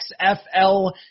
XFL